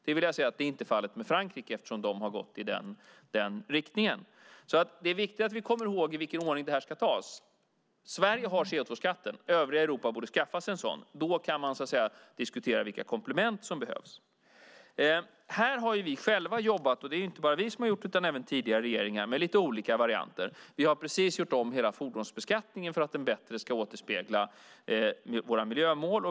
Jag vill säga att detta inte är fallet för Frankrike, eftersom de har gått i den riktningen. Det är alltså viktigt att vi kommer ihåg i vilken ordning detta ska tas. Sverige har CO2-skatten; övriga Europa borde skaffa sig en sådan. Då kan man så att säga diskutera vilka komplement som behövs. Här har vi själva jobbat, och inte bara vi utan även tidigare regeringar, med lite olika varianter. Vi har precis gjort om hela fordonsbeskattningen för att den bättre ska återspegla våra miljömål.